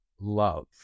love